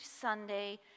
Sunday